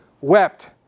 wept